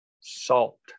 salt